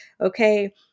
Okay